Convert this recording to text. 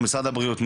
משרד הבריאות,